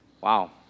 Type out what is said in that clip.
Wow